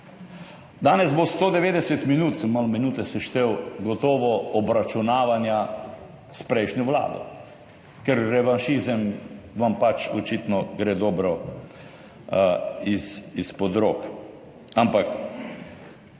Danes bo 190 minut, sem malo minute seštel, gotovo obračunavanja s prejšnjo vlado, ker revanšizem vam pač očitno gre dobro izpod rok.